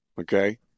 Okay